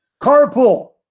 Carpool